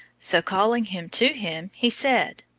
so calling him to him he said,